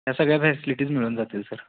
या सगळ्या फॅसिटीज मिळून जातील सर